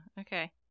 Okay